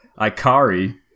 Ikari